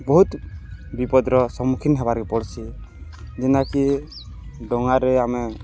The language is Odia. ବହୁତ୍ ବିପଦର ସମ୍ମୁଖୀନ ହେବାର୍କେ ପଡ଼୍ସି ଯେନ୍ତାକି ଡଙ୍ଗାରେ ଆମେ